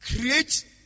create